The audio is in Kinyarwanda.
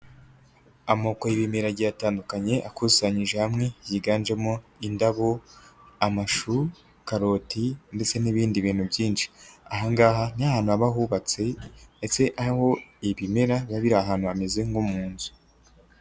Amoko y'ibimera agiye atandukanye akusanyije hamwe yiganjemo indabo, amashu, karoti ndetse n'ibindi bintu byinshi. Aha ngaha ni hantu haba hubatse ndetse aho ibimera biba biri ahantu hameze nko mu nzu.